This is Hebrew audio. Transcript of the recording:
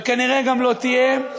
וכנראה גם לא תהיה,